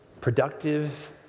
productive